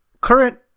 current